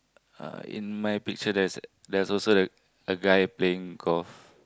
uh in my picture there is there is also a a guy playing golf